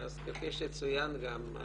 אז כפי שצוין גם,